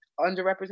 underrepresented